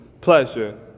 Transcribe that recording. pleasure